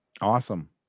Awesome